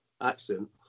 accent